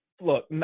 Look